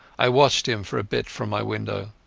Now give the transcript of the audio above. i watched him for a bit from my window,